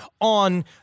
on